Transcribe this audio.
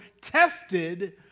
tested